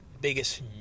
biggest